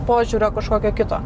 požiūrio kažkokio kito